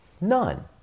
none